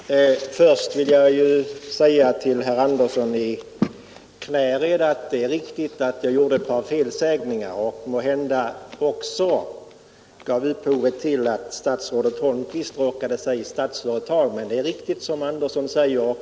Herr talman! Först vill jag säga till herr Andersson i Knäred att det är riktigt att jag gjorde ett par felsägningar. Måhända var jag också upphovet till att stat 2 AB.